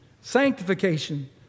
sanctification